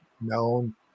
known